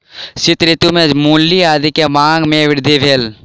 शीत ऋतू में मूली आदी के मांग में वृद्धि भेल